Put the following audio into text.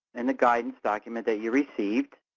in the guidance document that you received,